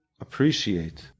Appreciate